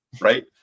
right